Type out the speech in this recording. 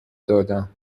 دادم